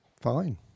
fine